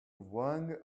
wrong